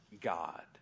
God